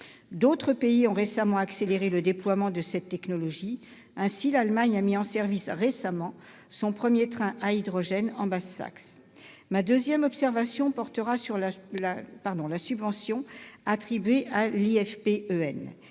D'autres pays ont récemment accéléré le déploiement de cette technologie : ainsi, l'Allemagne a mis en service son premier train à hydrogène, en Basse-Saxe. Ma deuxième observation portera sur la subvention attribuée à l'IFP